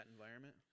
environment